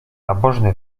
nabożny